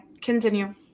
continue